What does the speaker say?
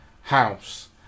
house